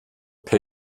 per